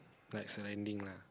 like surrounding lah